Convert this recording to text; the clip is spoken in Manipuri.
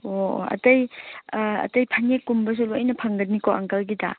ꯑꯣ ꯑꯇꯩ ꯑꯇꯩ ꯐꯅꯦꯛ ꯀꯨꯝꯕꯁꯨ ꯂꯣꯏꯅ ꯐꯪꯒꯅꯤꯀꯣ ꯑꯪꯀꯜꯒꯤꯗ